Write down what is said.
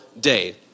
day